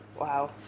Wow